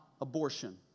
abortion